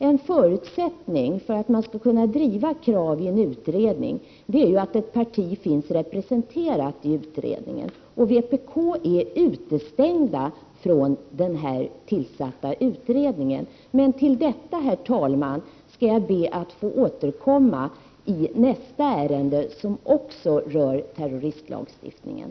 En förutsättning för att ett parti skall kunna driva krav i en utredning är dock att partiet finns representerat i utredningen, och vpk är utestängt från den tillsatta utredningen. Men till detta, herr talman, skall jag be att få återkomma i nästa ärende, som också rör terroristlagstiftningen.